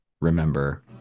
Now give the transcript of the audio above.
remember